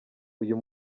uyu